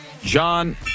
John